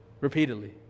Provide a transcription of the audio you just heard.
Repeatedly